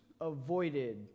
avoided